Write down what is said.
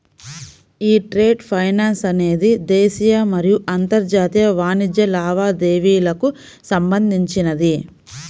యీ trade finance అనేది దేశీయ మరియు అంతర్జాతీయ వాణిజ్య లావాదేవీలకు సంబంధించినది